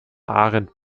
arendt